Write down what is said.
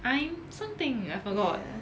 I'm something I forgot